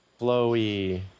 flowy